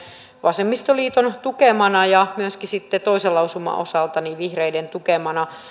vasemmistoliiton tukemana ja toisen lausuman osalta vihreiden tukemana